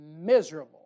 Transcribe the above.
Miserable